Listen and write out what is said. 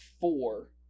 four